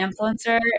influencer